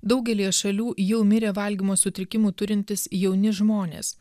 daugelyje šalių jau mirė valgymo sutrikimų turintys jauni žmonės